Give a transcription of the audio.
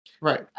right